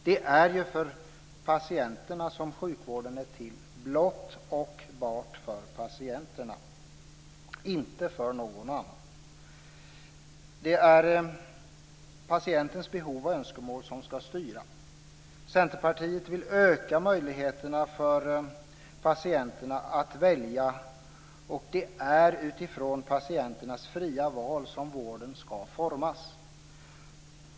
Det är för patienterna som sjukvården är till, blott och bart för patienterna, och inte för någon annan. Det är patientens behov och önskemål som ska styra. Centerpartiet vill öka möjligheterna för patienterna att välja, och det är utifrån patienternas fria val som vården ska formas.